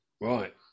Right